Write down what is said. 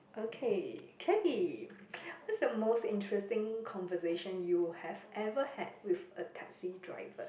okay Kelly what's the most interesting conversation you have ever had with a taxi driver